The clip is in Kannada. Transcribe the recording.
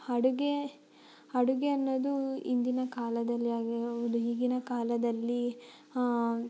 ಅಡುಗೆ ಅಡುಗೆ ಅನ್ನೋದು ಇಂದಿನ ಕಾಲದಲ್ಲಿ ಆಗಿರ್ಬೋದು ಈಗಿನ ಕಾಲದಲ್ಲಿ